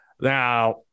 Now